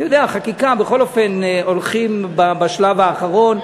אתה יודע, חקיקה, בכל אופן, הולכים בשלב האחרון.